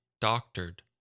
doctored